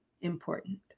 important